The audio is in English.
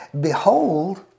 behold